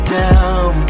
down